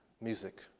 Music